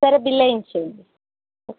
సరే బిల్ వేయించేయండి ఓకే